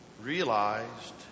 realized